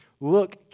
Look